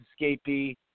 escapee